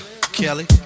Kelly